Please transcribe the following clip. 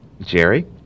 Jerry